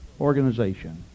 organization